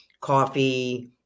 coffee